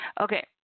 okay